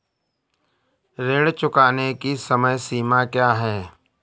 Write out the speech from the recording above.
ऋण चुकाने की समय सीमा क्या है?